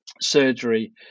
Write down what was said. surgery